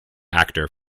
actor